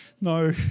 no